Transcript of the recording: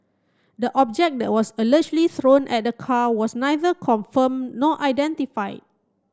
the object was allegedly thrown at the car was neither confirm nor identify